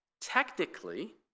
Technically